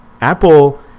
Apple